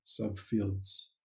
subfields